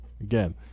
again